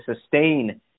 sustain